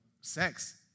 sex